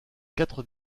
quatre